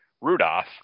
Rudolph